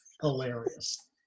hilarious